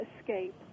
escape